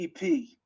EP